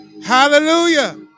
Hallelujah